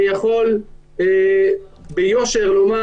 אני יכול ביושר לומר,